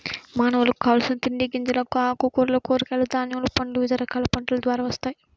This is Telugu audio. మానవులకు కావలసిన తిండి గింజలు, ఆకుకూరలు, కూరగాయలు, ధాన్యములు, పండ్లు వివిధ రకాల పంటల ద్వారా వస్తాయి